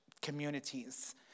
communities